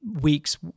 weeks